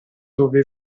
dove